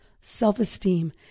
self-esteem